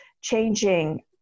changing